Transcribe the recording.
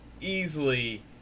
easily